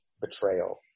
betrayal